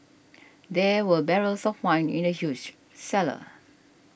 there were barrels of wine in the huge cellar